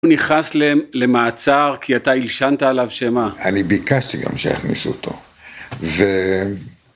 הוא נכנס למעצר כי אתה הלשנת עליו שמה. אני ביקשתי גם שהכניסו אותו ו...